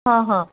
हां हां